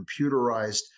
computerized